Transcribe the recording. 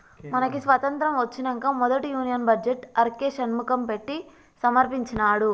మనకి స్వతంత్రం ఒచ్చినంక మొదటి union budget RK Shanmukham Chetty సమర్పించినాడు